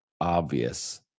obvious